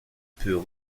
peut